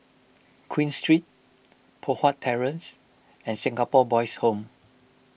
Queen Street Poh Huat Terrace and Singapore Boys' Home